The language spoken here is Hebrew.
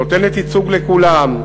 נותנת ייצוג לכולם,